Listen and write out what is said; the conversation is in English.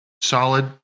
Solid